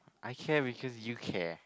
I care because you care